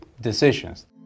decisions